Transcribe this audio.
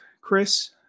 Chris